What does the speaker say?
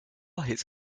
his